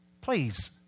Please